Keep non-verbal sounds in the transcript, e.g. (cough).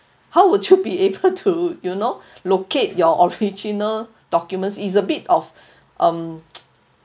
how would you (laughs) be able to you know locate your original documents is a bit of (breath) um (noise)